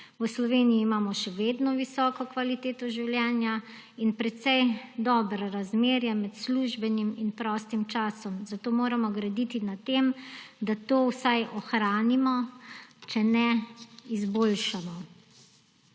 V Sloveniji imamo še vedno visoko kvaliteto življenja in precej dobro razmerje med službenim in prostim časom, zato moramo graditi na tem, da to vsaj ohranimo, če ne izboljšamo.